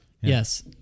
Yes